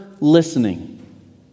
listening